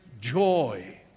joy